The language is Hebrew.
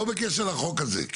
לא בקשר לחוק הזה.